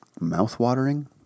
mouth-watering